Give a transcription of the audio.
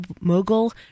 mogul